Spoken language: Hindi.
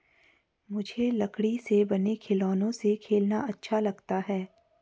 मुझे लकड़ी के बने खिलौनों से खेलना अच्छा लगता है